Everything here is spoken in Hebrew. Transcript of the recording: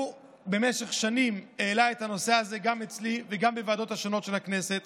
שבמשך שנים העלה את הנושא הזה גם אצלי וגם בוועדות השונות של הכנסת,